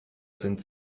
sind